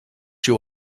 you